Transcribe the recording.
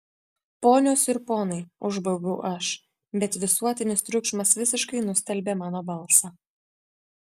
ponios ir ponai užbaubiau aš bet visuotinis triukšmas visiškai nustelbė mano balsą